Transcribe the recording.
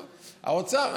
האוצר.